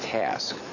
task